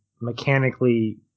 mechanically